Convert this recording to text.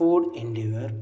ford endeavor